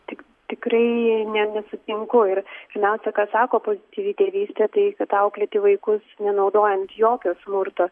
tik tikrai ne nesutinku ir pirmiausia ką sako pozityvi tėvystė tai kad auklėti vaikus nenaudojant jokio smurto